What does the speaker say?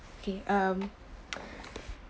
K um